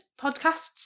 podcasts